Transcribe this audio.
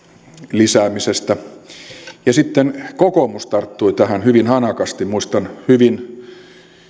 lisäämisestä verotuksessa ja sitten kokoomus tarttui tähän hyvin hanakasti muistan hyvin